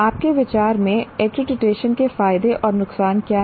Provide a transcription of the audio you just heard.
आपके विचार में एक्रीडिटेशन के फायदे और नुकसान क्या हैं